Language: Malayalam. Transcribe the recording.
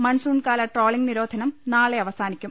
മൺസൂൺകാല ട്രോളിങ് നിരോധനം നാളെ അവസാനിക്കും